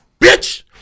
Bitch